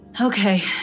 Okay